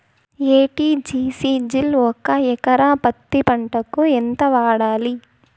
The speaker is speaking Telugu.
ఎ.టి.జి.సి జిల్ ఒక ఎకరా పత్తి పంటకు ఎంత వాడాలి?